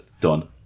done